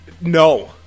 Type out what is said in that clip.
No